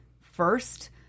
first